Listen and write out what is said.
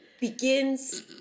begins